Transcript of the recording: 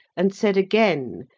and said again,